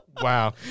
Wow